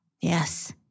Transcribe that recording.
Yes